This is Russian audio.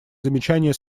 замечания